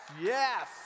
yes